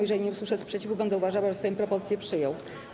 Jeżeli nie usłyszę sprzeciwu, będę uważała, że Sejm propozycję przyjął.